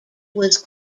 was